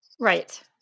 Right